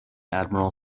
admiral